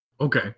Okay